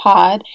Pod